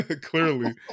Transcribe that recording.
clearly